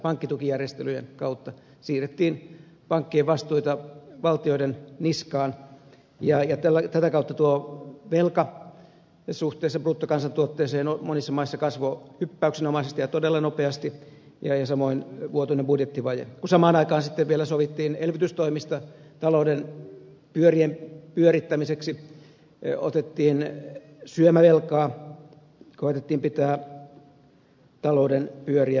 pankkitukijärjestelyjen kautta siirrettiin pankkien vastuita valtioiden niskaan ja tätä kautta tuo velka suhteessa bruttokansantuotteeseen monissa maissa kasvoi hyppäyksenomaisesti ja todella nopeasti samoin vuotuinen budjettivaje kun samaan aikaan sitten sovittiin elvytystoimista talouden pyörien pyörittämiseksi otettiin syömävelkaa ja koetettiin pitää talouden pyöriä pyörimässä